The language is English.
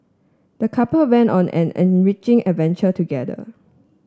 the couple went on an enriching adventure together